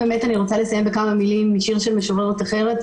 לסיים בכמה מלים משיר של משוררת אחרת,